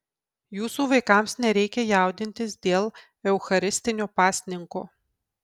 jūsų vaikams nereikia jaudintis dėl eucharistinio pasninko